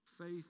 faith